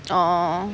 orh